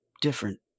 Different